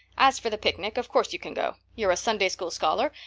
as for the picnic, of course you can go. you're a sunday-school scholar,